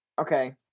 okay